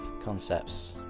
concepts!